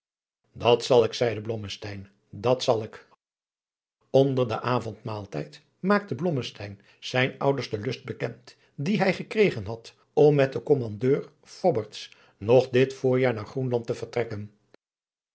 dat zal ik zeide blommesteyn dat zal ik onder den avondmaaltijd maakte blommesteyn zijn ouders den lust bekend dien hij gekregen had om met den kommandeur fobberts nog dit voorjaar naar groenland te vertrekken